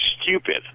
stupid